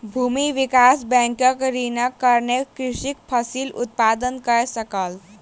भूमि विकास बैंकक ऋणक कारणेँ कृषक फसिल उत्पादन कय सकल